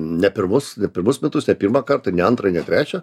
ne pirmus ne pirmus metus ne pirmą kartą ne antrą ir ne trečią